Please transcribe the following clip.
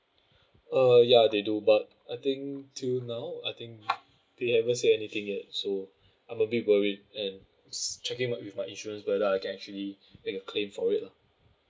uh ya they do but I think till now I think they haven't say anything yet so I'm a bit worried and checking up with my insurance whether I can actually make a claim for it lah